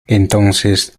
entonces